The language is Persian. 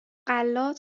غلات